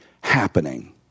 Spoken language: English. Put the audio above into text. happening